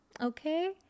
Okay